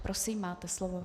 Prosím, máte slovo.